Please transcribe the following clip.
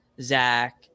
Zach